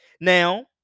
Now